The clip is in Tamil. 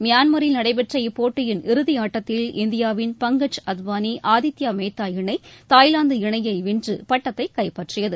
மியான்மரில் நடைபெற்ற இப்போட்டியின் இறதி ஆட்டத்தில் இந்தியாவின் பங்கஜ் அத்வானி ஆதித்யா மேத்தா இணை தாய்லாந்து இணையை வென்று பட்டத்தை கைப்பற்றியது